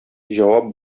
җавап